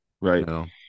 Right